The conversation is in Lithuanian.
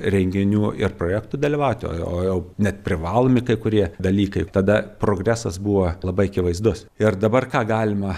renginių ir projektų dalyvauti o o jau net privalomi kai kurie dalykai tada progresas buvo labai akivaizdus ir dabar ką galima